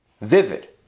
Vivid